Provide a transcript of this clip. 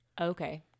Okay